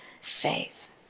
faith